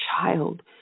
child